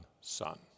Son